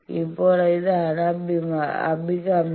ഇപ്പോൾ ഏതാണ് അഭികാമ്യം